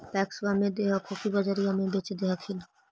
पैक्सबा मे दे हको की बजरिये मे बेच दे हखिन?